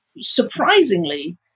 Surprisingly